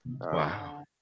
Wow